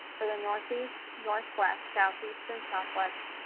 for the northeast, northwest, southeast, and southwest.